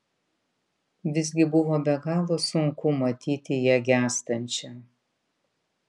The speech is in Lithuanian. visgi buvo be galo sunku matyti ją gęstančią